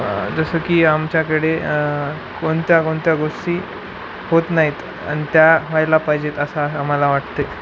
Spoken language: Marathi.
तर जसं की आमच्याकडे कोणत्या कोणत्या गोष्टी होत नाहीत आणि त्या व्हायला पाहिजेत असा आम्हाला वाटते